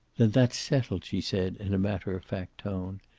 that's settled, she said, in a matter-of-fact tone.